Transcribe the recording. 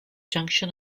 junction